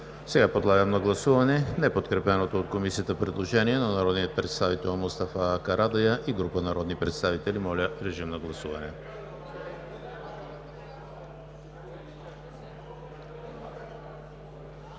Ще подложа на гласуване неподкрепеното от Комисията предложение на народния представител Мустафа Карадайъ и група народни представители. Гласували